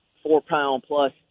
four-pound-plus